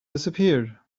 disappeared